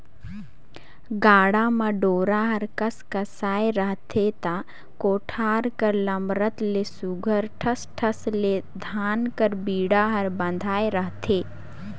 गाड़ा म डोरा हर कसकसाए रहथे ता कोठार कर लमरत ले सुग्घर ठस ठस ले धान कर बीड़ा हर बंधाए रहथे